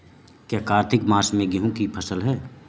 क्या कार्तिक मास में गेहु की फ़सल है?